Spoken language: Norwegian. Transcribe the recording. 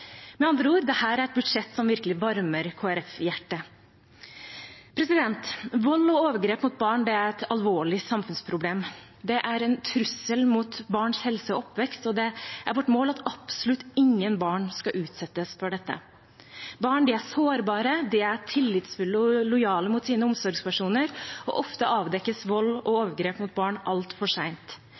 med sine små. Med andre ord: Dette er et budsjett som virkelig varmer Kristelig Folkepartis hjerte. Vold og overgrep mot barn er et alvorlig samfunnsproblem. Det er en trussel mot barns helse og oppvekst, og det er vårt mål at absolutt ingen barn skal utsettes for dette. Barn er sårbare, de er tillitsfulle og lojale mot sine omsorgspersoner, og ofte avdekkes vold og overgrep mot barn altfor